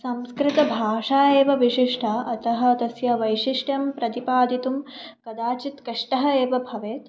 संस्कृत भाषा एव विशिष्टा अतः तस्य वैशिष्ट्यं प्रतिपादितुं कदाचित् कष्टः एव भवेत्